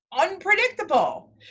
unpredictable